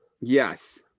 Yes